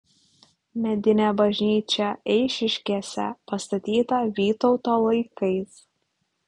medinė bažnyčia eišiškėse pastatyta vytauto laikais